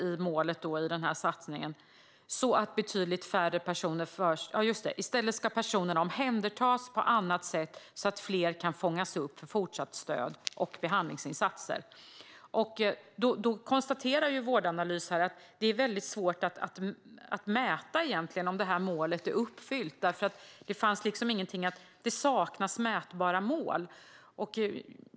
I stället ska personerna omhändertas på annat sätt så att fler kan fångas upp för fortsatt stöd och behandlingsinsatser. Vårdanalys konstaterar att det är väldigt svårt att mäta om målet är uppfyllt, för det saknas mätbara mål.